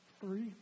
three